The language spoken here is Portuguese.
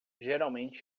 geralmente